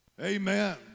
Amen